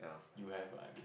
you have lah I mean